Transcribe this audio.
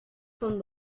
son